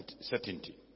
certainty